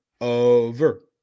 over